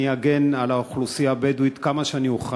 אני אגן על האוכלוסייה הבדואית כמה שאני אוכל.